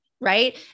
right